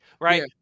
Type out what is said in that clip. right